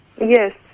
yes